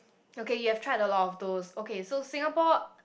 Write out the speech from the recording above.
okay you have tried a lot of those okay so Singapore